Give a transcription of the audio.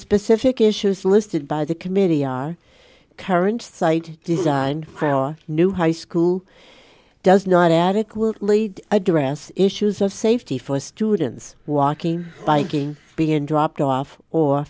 specific issues listed by the committee are current site designed for new high school does not adequately address issues of safety for students walking biking being dropped off or